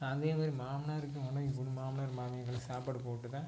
அதே மாதிரி மாமனாருக்கு மனைவி போடும் மாமனாருக்கு மாமியார்களுக்கு சாப்பாடு போட்டு தான்